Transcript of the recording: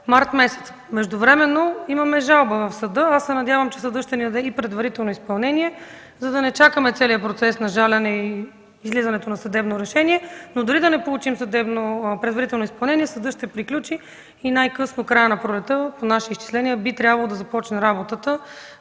март. Междувременно имаме жалба в съда. Аз се надявам, че съдът ще ни даде предварително изпълнение, за да не чакаме целия процес на жалене и излизането на съдебно решение, но дори да не получим предварително изпълнение съдът ще приключи и по наши изчисления най-късно края на пролетта би трябвало да започне работата